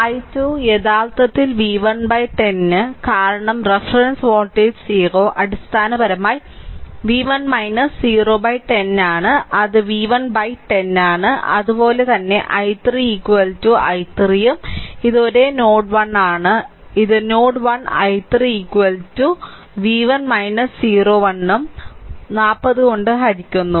i2 യഥാർത്ഥത്തിൽ v1 10 കാരണം reference voltage 0 അടിസ്ഥാനപരമായി v1 010 ആണ് അത് v1 10 ആണ് അതുപോലെ തന്നെ i3 i3 ഉം ഇത് ഒരേ നോഡ് 1 ആണ് ഇത് നോഡ് 1 i3 ഉം v1 0 v1 ഉം 40 കൊണ്ട് ഹരിക്കുന്നു